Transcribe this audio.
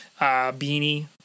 beanie